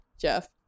Jeff